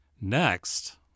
Next